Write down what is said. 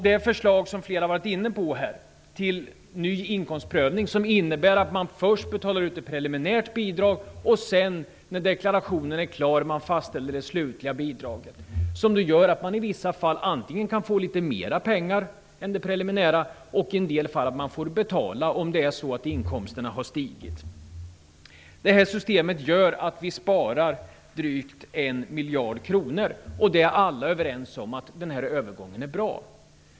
Det förslag som flera har varit inne på, nämligen en ny inkomstprövning, innebär att man först betalar ut ett preliminärt bidrag och sedan när deklarationen är klar fastställer det slutliga bidraget. Det gör att man i vissa fall antingen kan få litet mera pengar än det preliminära eller får betala om inkomsterna har stigit. Det här systemet gör att vi sparar drygt 1 miljard kronor. Alla är överens om att den här övergången är bra.